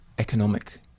economic